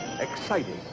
Exciting